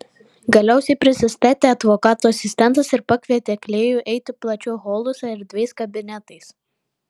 galiausiai prisistatė advokato asistentas ir pakvietė klėjų eiti plačiu holu su erdviais kabinetais